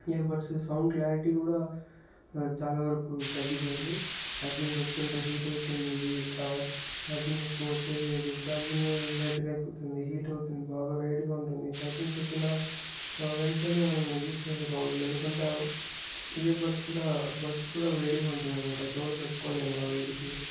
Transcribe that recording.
earbuds sound clarity కూడా చాలా వరకు తగ్గిపోయింది చార్జింగ్ పెడుతుంటే హీట్ అవుతుంది ఛార్జింగ్ ఎక్కువ వచ్చేది లేదు చార్జింగు లేట్గా ఎక్కుతుంది హీట్ అవుతుంది బాగా వేడిగా ఉంటుంది చార్జింగ్ పెట్టిన వెంటనే మనము యూస్ చేసేకి అవ్వదు ఎందుకంటే ఆ ఇయర్బడ్స్ కూడా బడ్స్ కూడా వేడిగా ఉంటుందనమాట చెవులో పెటుకోలేము ఆ వేడికి